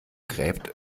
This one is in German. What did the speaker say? gräbt